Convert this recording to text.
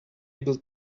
able